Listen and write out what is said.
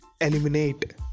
eliminate